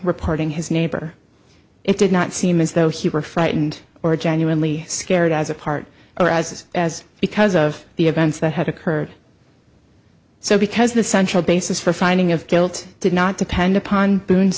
reporting his neighbor it did not seem as though he were frightened or genuinely scared as a part or as as because of the events that had occurred so because the central basis for finding of guilt did not depend upon